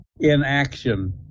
inaction